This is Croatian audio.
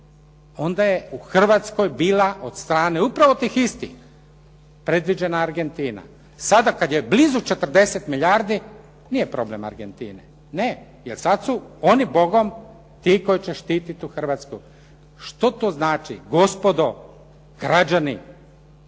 onda je u Hrvatskoj bila od strane upravo tih istih predviđena Argentina. Sada kad je blizu 40 milijardi nije problem Argentine, ne jer sad su oni bogom ti koji će štititi Hrvatsku. Što to znači gospodo, građani?